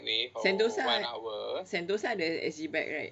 sentosa sentosa ada S_G bike right